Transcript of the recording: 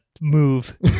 move